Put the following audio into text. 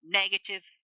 negative